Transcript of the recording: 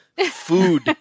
food